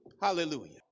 Hallelujah